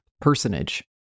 personage